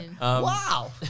Wow